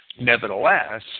Nevertheless